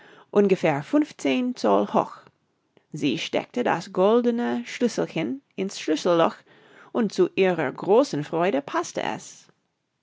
ungefähr funfzehn zoll hoch sie steckte das goldene schlüsselchen in's schlüsselloch und zu ihrer großen freude paßte es